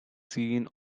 seen